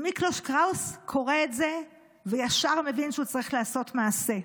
מיקלוש קראוס קורא את זה וישר מבין שהוא צריך לעשות מעשה.